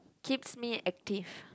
keeps me active